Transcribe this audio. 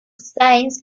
science